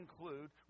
include